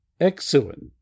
Excellent